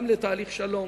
גם בתהליך שלום